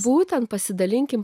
būtent pasidalinkime